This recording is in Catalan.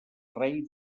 rei